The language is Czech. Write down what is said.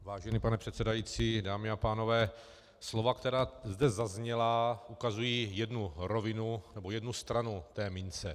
Vážený pane předsedající, dámy a pánové, slova, která zde zazněla, ukazují jednu rovinu nebo jednu stranu té mince.